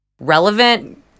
relevant